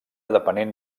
depenent